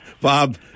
Bob